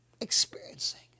Experiencing